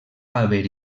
haver